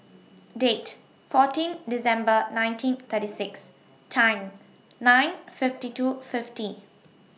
Date fourteen December nineteen thirty six Time nine fifty two fifty